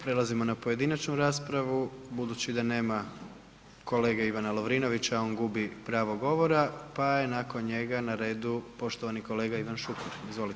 Prelazimo na pojedinačnu raspravu. budući da nema kolege Ivana Lovrinovića, on gubi pravo govora pa je nakon njega na redu poštovani kolega Ivan Šuker, izvolite.